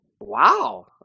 Wow